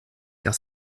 car